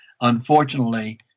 Unfortunately